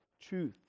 truth